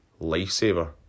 lifesaver